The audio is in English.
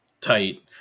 tight